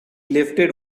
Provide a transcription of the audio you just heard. lifted